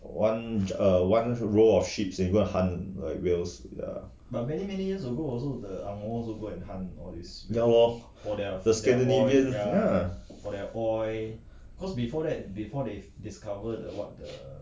one err one row of ships and go and hunt like whales ya ya lor for scandinavians ya